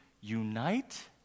unite